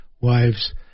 wives